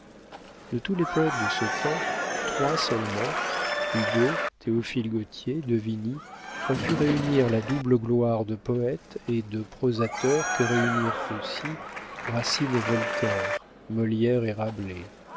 de tous les poëtes de ce temps trois seulement hugo théophile gautier de vigny ont pu réunir la double gloire de poëte et de prosateur que réunirent aussi racine et voltaire molière et rabelais